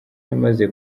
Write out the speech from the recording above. yamaze